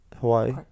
Hawaii